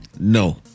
No